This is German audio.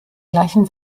gleichen